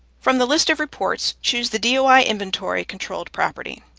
from the list of reports, choose the doi inventory controlled property.